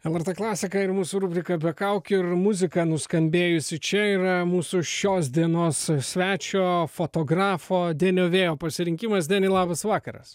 lrt klasika ir mūsų rubrika be kaukių ir muzika nuskambėjusi čia yra mūsų šios dienos svečio fotografo denio vėjo pasirinkimas deni labas vakaras